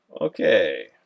Okay